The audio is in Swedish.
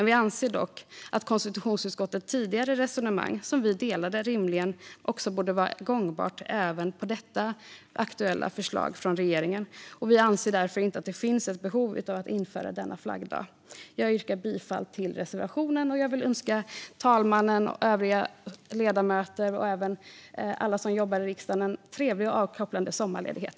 Vi anser dock att konstitutionsutskottets tidigare resonemang, som vi delade, rimligen borde vara gångbart även på det aktuella förslaget från regeringen. Vi anser därför att det inte finns ett behov av att införa denna flaggdag. Jag yrkar bifall till reservationen. Jag vill önska talmannen, övriga ledamöter och även alla som jobbar i riksdagen en trevlig och avkopplande sommarledighet.